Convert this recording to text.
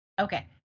okay